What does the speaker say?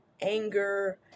anger